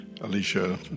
Alicia